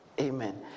amen